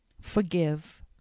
forgive